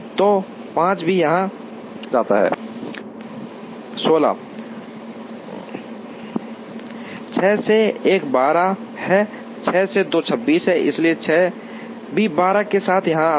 तो 5 भी यहाँ जाता है 6 से 1 12 है 6 से 2 26 है इसलिए 6 भी 12 के साथ यहां आता है